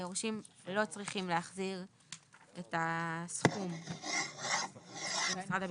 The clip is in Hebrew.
היורשים לא צריכים להחזיר את הסכום למשרד הביטחון.